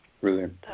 Brilliant